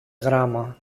γράμμα